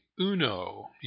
UNO